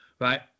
right